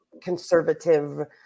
conservative